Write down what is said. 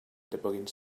debugging